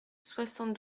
soixante